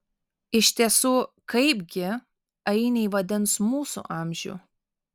iš tiesų kaipgi ainiai vadins mūsų amžių